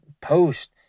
post